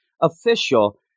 official